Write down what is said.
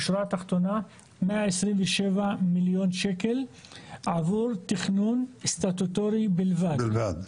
ובשורה התחתונה הוא 127 מיליון שקל עבור תכנון סטטוטורי בלבד.